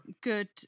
good